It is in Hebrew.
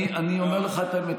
אני אומר לך את האמת,